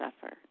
suffer